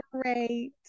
great